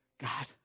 God